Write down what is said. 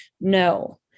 no